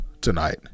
tonight